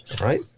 right